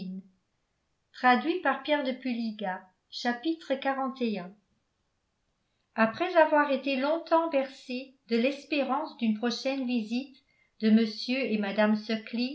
après avoir été longtemps bercé de l'espérance d'une prochaine visite de m et mme sukling